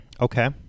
Okay